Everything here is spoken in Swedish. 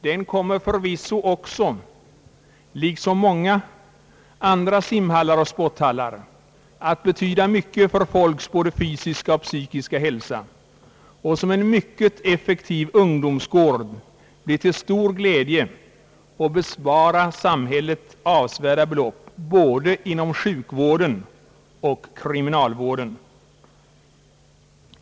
Den kommer förvisso också, liksom många andra simhallar och sporthallar, att betyda mycket för människors fysiska och psykiska hälsa och som en mycket effektiv ungdomsgård bli till stor glädje och bespara samhället avsevärda belopp inom både sjukvård och kriminalvård.